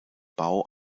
bau